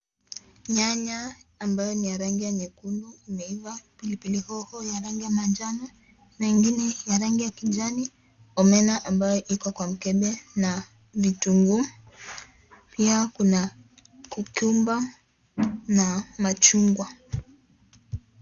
Nyanya ambayo ni ya rangi ya nyekundu imeiva, pilipili hoho ya rangi ya manjano, na ingine ya rangi ya kijani, omena ambayo iko kwa mkebe na vitunguu, pia kuna cucumber , na machungwa.